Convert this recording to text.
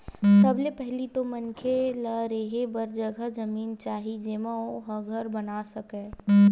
सबले पहिली तो मनखे ल रेहे बर जघा जमीन चाही जेमा ओ ह घर बना सकय